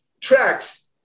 tracks